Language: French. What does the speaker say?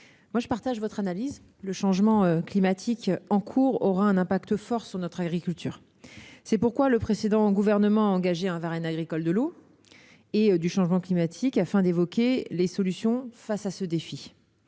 je partage votre analyse : le changement climatique en cours aura un impact fort sur notre agriculture. C'est pourquoi le précédent gouvernement a engagé un Varenne agricole de l'eau et de l'adaptation au changement climatique, afin d'évoquer les solutions face à ce défi.